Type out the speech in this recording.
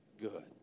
good